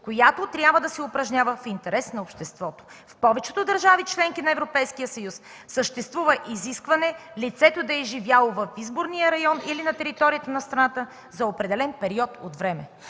която трябва да се упражнява в интерес на обществото. В повечето държави – членки на Европейския съюз, съществува изискване лицето да е живяло в изборния район или на територията на страната за определен период от време.